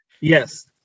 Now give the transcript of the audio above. Yes